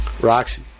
Roxy